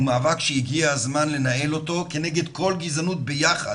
הוא מאבק שהגיע הזמן לנהל אותו כנגד כל גזענות ביחד,